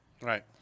Right